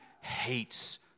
hates